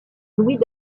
louis